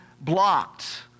Blocked